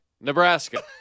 Nebraska